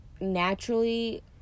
naturally